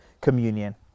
communion